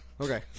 Okay